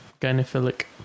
gynophilic